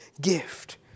gift